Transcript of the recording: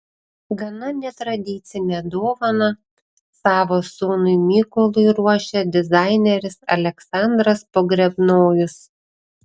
gana netradicinę dovaną savo sūnui mykolui ruošia dizaineris aleksandras pogrebnojus